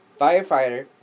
Firefighter